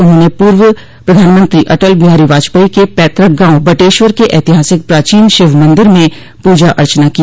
उन्होंने पूर्व प्रधानमंत्री अटल बिहारी वाजपेई के पैतृक गांव बटेश्वर के ऐतिहासिक प्राचीन शिव मंदिर में पूजा अर्चना की